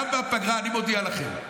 גם בפגרה, אני מודיע לכם.